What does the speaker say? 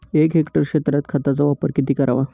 एक हेक्टर क्षेत्रात खताचा वापर किती करावा?